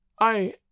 I